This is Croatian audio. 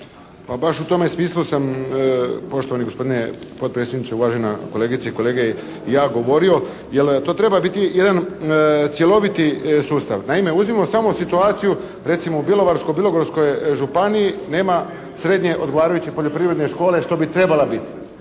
baš u tome smislu sam poštovani gospodine potpredsjedniče, uvažena kolegice i kolege i ja govorio, jer to treba biti jedan cjeloviti sustav. Naime, uzmimo samo situaciju recimo u Bjelovarsko-bilogorskoj županiji, nema srednje odgovarajuće poljoprivredne škole, što bi trebala bit.